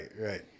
right